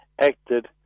acted